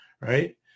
right